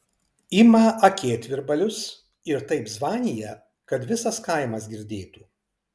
ima akėtvirbalius ir taip zvanija kad visas kaimas girdėtų